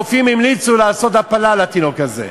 הרופאים המליצו לעשות הפלה לתינוק הזה.